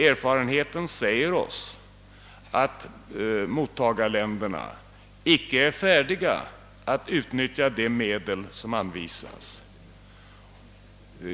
Erfarenheten .säger oss att mottagarländerna inte är beredda att utnyttja de medel som anvisas.